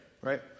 Right